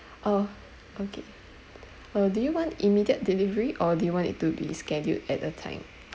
oh okay uh do you want immediate delivery or do you want it to be scheduled at a time